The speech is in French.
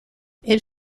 elle